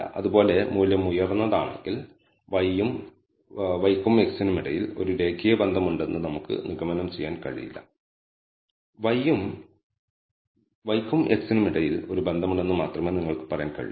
അതുപോലെ മൂല്യം ഉയർന്നതാണെങ്കിൽ y യും x നും ഇടയിൽ ഒരു രേഖീയ ബന്ധം ഉണ്ടെന്ന് നമുക്ക് നിഗമനം ചെയ്യാൻ കഴിയില്ല y യും x നും ഇടയിൽ ഒരു ബന്ധമുണ്ടെന്ന് മാത്രമേ നിങ്ങൾക്ക് പറയാൻ കഴിയൂ